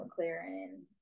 McLaren